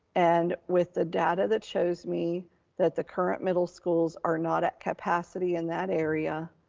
and with the data that shows me that the current middle schools are not at capacity in that area,